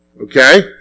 Okay